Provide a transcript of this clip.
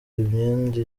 imyenda